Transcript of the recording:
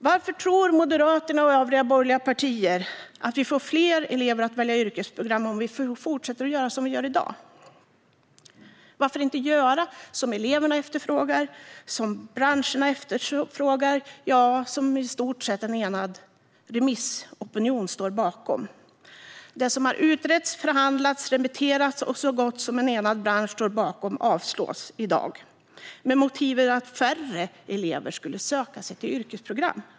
Varför tror Moderaterna och övriga borgerliga partier att vi får fler elever att välja yrkesprogram om vi fortsätter att göra som i dag? Varför inte göra det som eleverna efterfrågar, det som branscherna efterfrågar och som i stort sett en enad remissopinion står bakom? Det som har utretts, förhandlats, remitterats och som en så gott som enad bransch står bakom avslås i dag, bland annat med motivet att färre elever då skulle söka sig till yrkesprogram.